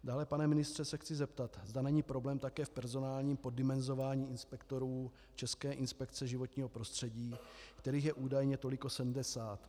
Dále, pane ministře, se chci zeptat, zda není problém také v personálním poddimenzování inspektorů České inspekce životního prostředí, kterých je údajně toliko 70.